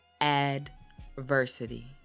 adversity